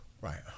Right